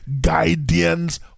guidance